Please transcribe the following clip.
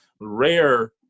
rare